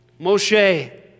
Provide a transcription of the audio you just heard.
Moshe